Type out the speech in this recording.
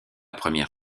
première